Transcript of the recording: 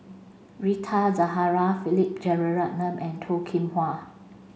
Rita Zahara Philip Jeyaretnam and Toh Kim Hwa